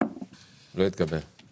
שוב פעם עוזרים לעשירים איך להרוויח עוד'.